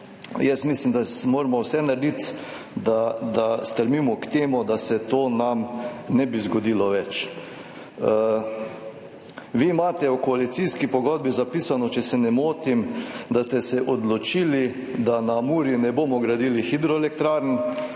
Jaz mislim, da moramo narediti vse, da stremimo k temu, da se nam to več ne bi zgodilo. Vi imate v koalicijski pogodbi zapisano, če se ne motim, da ste se odločili, da na Muri ne bomo gradili hidroelektrarn,